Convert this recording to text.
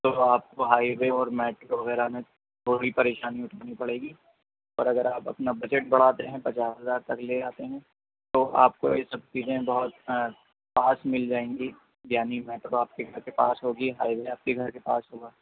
تو آپ کو ہائیوے اور میٹرو وغیرہ میں تھوڑی پریشانی اٹھانی پڑے گی اور اگر آپ اپنا بجٹ بڑھاتے ہیں پچاس ہزار تک لے آتے ہیں تو آپ کو یہ سب چیزیں بہت پاس مل جائیں گی یعنی میٹرو آپ کے گھر کے پاس ہوگی ہائیوے آپ کے گھر کے پاس ہوگا